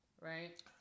right